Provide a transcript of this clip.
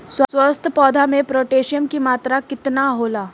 स्वस्थ पौधा मे पोटासियम कि मात्रा कितना होला?